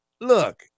look